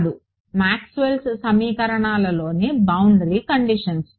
కాదు మాక్స్వెల్ సమీకరణాలలోని boundary conditions